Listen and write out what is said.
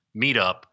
meetup